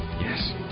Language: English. Yes